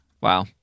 Wow